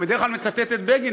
שבדרך כלל מצטט את בגין,